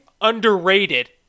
underrated